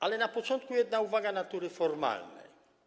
Ale na początku jedna uwaga natury formalnej.